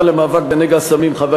הרווחה